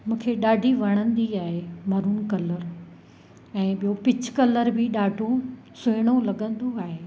मूंखे ॾाढी वणंदी आहे मरून कलर ऐं ॿियों पिच कलर बि ॾाढो सुहिणी लॻंदो आहे